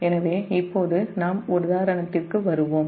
எனவே இப்போதுநாம் உதாரணத்திற்கு வருவோம்